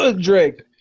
Drake